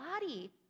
body